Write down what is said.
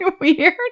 weird